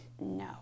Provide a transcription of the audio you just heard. No